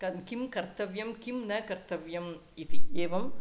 क किं कर्तव्यं किं न कर्तव्यम् इति एवम्